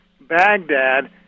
Baghdad